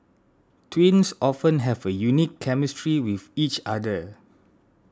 twins often have a unique chemistry with each other